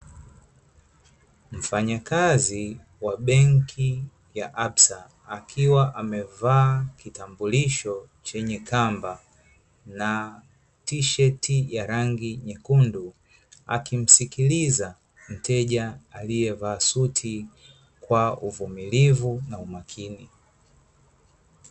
Mfanyakazi wa benki ya "absa" akiwa amevaa kitambulisho chenye kamba na tisheti ya rangi nyekundu, akimsikiliza mteja aliyevaa suti, kwa uvumilivu na umakini.